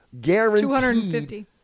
guaranteed